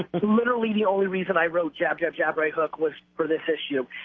literally the only reason i wrote jab, jab, jab, right hook, was for this issue.